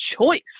choice